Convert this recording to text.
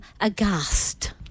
aghast